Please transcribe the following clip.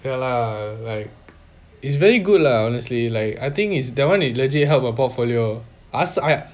ya lah like it's very good lah honestly like I think is that one is legit help her portfolio I ask I